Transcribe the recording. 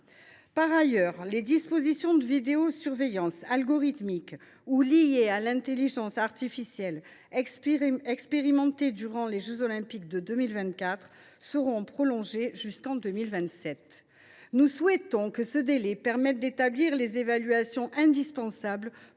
Par ailleurs, les dispositions de vidéosurveillance algorithmique ou liée à l’intelligence artificielle, expérimentées durant les jeux Olympiques de 2024, seront prolongées jusqu’en 2027. Nous souhaitons que ce délai permette d’établir les évaluations indispensables